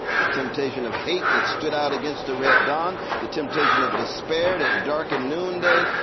the temptation of hate that stood out against the red dawn, the temptation of despair that darkened noon day,